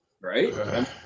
Right